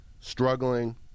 struggling